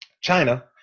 china